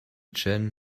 chan